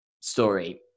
story